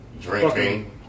drinking